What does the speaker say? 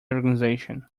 organisation